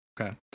Okay